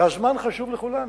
והזמן חשוב לכולנו.